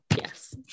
yes